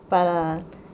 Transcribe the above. but ah